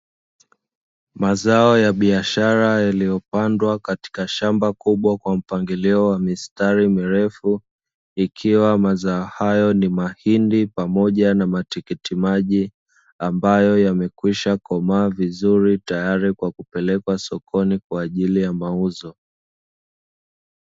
Mazao ya biashara yaliyopandwa katika shamba kubwa kwa mpangilio wa mistari mirefu, ikiwa mazao hayo ni mahindi pamoja na matikiti maji ambayo yamekwisha komaa vizuri tayari kwa kupelekwa sokoni kwa ajili ya mauzo.